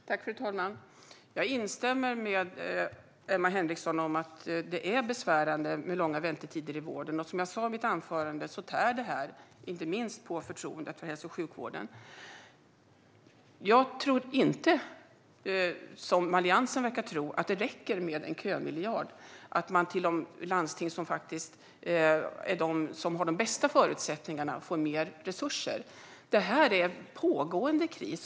Fru talman! Jag instämmer med Emma Henriksson i att det är besvärande med långa väntetider i vården. Som jag sa i mitt anförande tär detta inte minst på förtroendet för hälso och sjukvården. Jag tror inte, som Alliansen verkar tro, att det räcker med en kömiljard och att de landsting som faktiskt har de bästa förutsättningarna får mer resurser. Detta är en pågående kris.